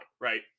Right